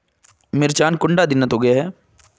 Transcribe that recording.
मिर्चान कुंडा दिनोत उगैहे?